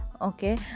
Okay